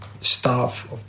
staff